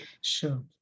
Sure